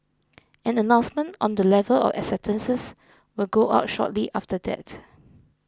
an announcement on the level of acceptances will go out shortly after that